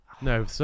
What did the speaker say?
No